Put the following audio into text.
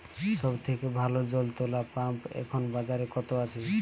সব থেকে ভালো জল তোলা পাম্প এখন বাজারে কত আছে?